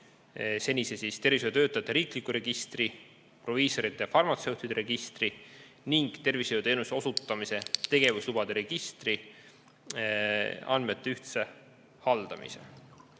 senise tervishoiutöötajate riikliku registri, proviisorite ja farmatseutide registri ning tervishoiuteenuse osutamise tegevuslubade registri andmete abil ühtse haldamise.